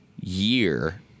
year